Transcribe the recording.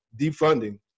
defunding